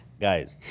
guys